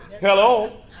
Hello